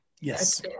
Yes